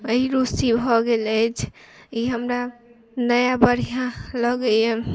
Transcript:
रुसी भऽ गेल अछि ई हमरा नहि बढ़िऑं लगैया